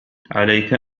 عليك